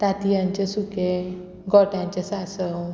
तांतयांचें सुकें गोठ्यांचें सांसव